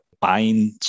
bind